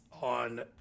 on